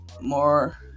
more